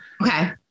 Okay